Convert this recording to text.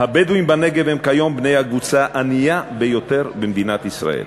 הבדואים בנגב הם הקבוצה הענייה ביותר במדינת ישראל,